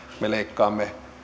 me leikkaamme